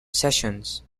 sessions